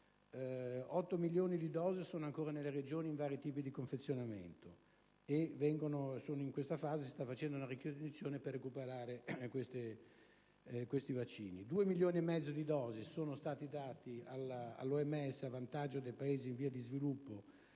milioni di dosi sono ancora nelle Regioni in vari tipi di confezionamento, e in questa fase si sta facendo una ricognizione per recuperarle. Due milioni e mezzo di dosi sono state date all'OMS a vantaggio dei Paesi in via di sviluppo,